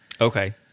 Okay